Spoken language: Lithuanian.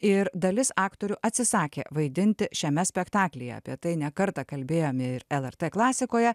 ir dalis aktorių atsisakė vaidinti šiame spektaklyje apie tai ne kartą kalbėjome ir lrt klasikoje